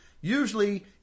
usually